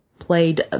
played